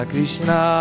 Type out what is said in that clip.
Krishna